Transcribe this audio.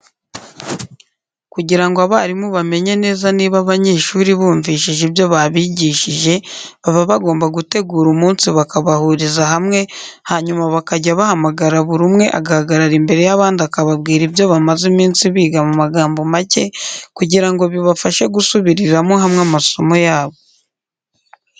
Kugira ngo abarimu bamenye neza niba abanyeshuri bumvishije ibyo babigishije, baba bagomba gutegura umunsi bakabahuriza hamwe hanyuma bakajya bahamagara buri umwe agahagarara imbere y'abandi akababwira ibyo bamaze iminsi biga mu magambo make kugira ngo bibafashe gusubiriramo hamwe amasomo yabo.